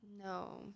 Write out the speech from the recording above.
No